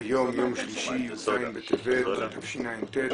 היום יום שלישי, י"ז בטבת התשע"ט,